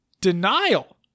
Denial